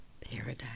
paradise